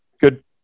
good